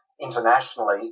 internationally